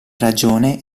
ragione